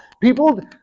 people